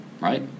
right